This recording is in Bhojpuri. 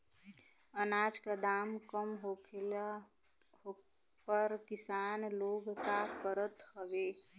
अनाज क दाम कम होखले पर किसान लोग का करत हवे?